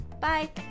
Bye